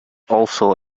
also